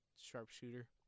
sharpshooter